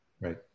Right